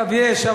אגב, יש.